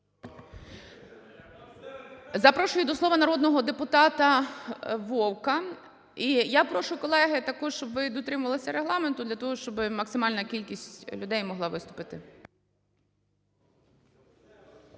Запрошую до слова народного депутата Вовка. І я прошу, колеги, також щоб ви дотримувалися Регламенту для того, щоби максимальна кількість людей могла виступити.